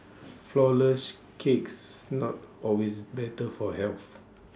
Flourless Cakes not always better for health